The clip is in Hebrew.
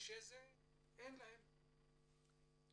שאין להם רישום יותר.